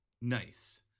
Nice